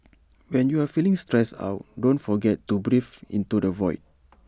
when you are feeling stressed out don't forget to breathe into the void